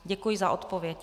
Děkuji za odpověď.